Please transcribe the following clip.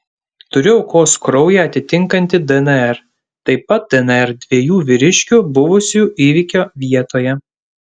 turiu aukos kraują atitinkantį dnr taip pat dnr dviejų vyriškių buvusių įvykio vietoje